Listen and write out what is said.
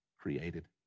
created